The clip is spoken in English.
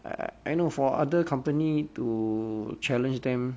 I I I know for other company to challenge them